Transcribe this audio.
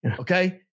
Okay